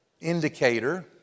indicator